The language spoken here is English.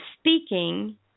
speaking